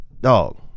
dog